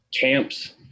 camps